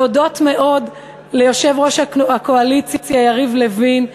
להודות מאוד ליושב-ראש הקואליציה יריב לוין,